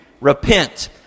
repent